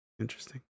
Interesting